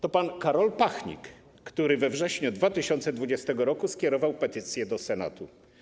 To pan Karol Pachnik, który we wrześniu 2020 r. skierował petycję do Senatu.